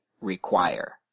require